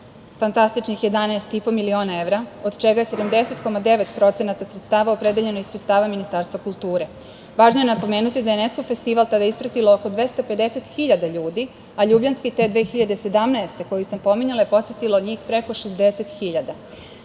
fantastičnih 11,5 miliona evra, od čega je 70,9% sredstava opredeljeno iz sredstava Ministarstva kulture. Važno je napomenuti da je Enesko festival ispratilo oko 250.000 ljudi, a Ljubljanski te 2017. godine, koji sam pominjala, je posetilo njih preko 60.000.